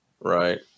Right